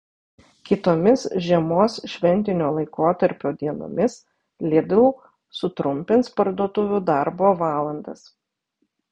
kitomis žiemos šventinio laikotarpio dienomis lidl sutrumpins parduotuvių darbo valandas